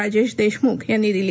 राजेश देशमुख यांनी दिली